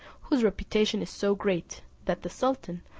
whose reputation is so great, that the sultan,